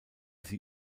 sie